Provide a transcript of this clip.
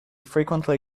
frequently